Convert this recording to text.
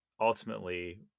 ultimately